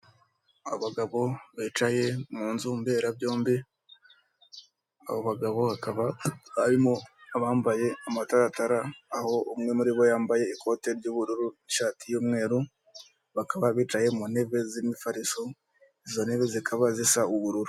Abagabo bicaye mu nzu mberabyombi, abo bagabo hakaba harimo abambaye amataratara aho umwe muri bo yambaye ikote ry'ubururu, ishati y'umweru, bakaba bicaye mu ntebe z'imifariso, izo ntebe zikaba zisa ubururu.